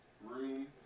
Room